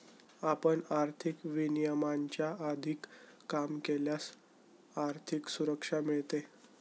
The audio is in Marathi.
आपण आर्थिक विनियमांच्या अधीन काम केल्यास आर्थिक सुरक्षा मिळते